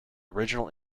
original